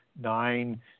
nine